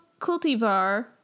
cultivar